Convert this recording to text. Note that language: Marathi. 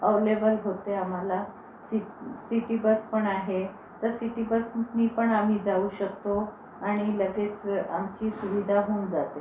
अव्हलेबल होते आम्हाला सि सिटी बस पण आहे तर सिटी बसने पण आम्ही जाऊ शकतो आणि लगेच आमची सुविधा होऊन जाते